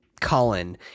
Colin